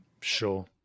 Sure